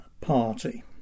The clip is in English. Party